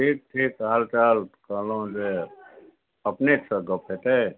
ठीक ठीक हाल चाल कहलहुँ जे अपनेसँ गप हतै